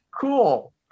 cool